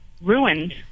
ruined